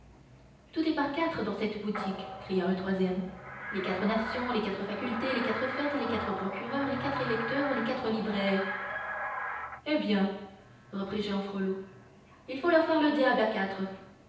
tout est par quatre dans cette boutique cria un troisième les quatre nations les quatre facultés les quatre fêtes les quatre procureurs les quatre électeurs les quatre libraires eh bien reprit jehan frollo il faut leur faire le diable à quatre